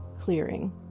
clearing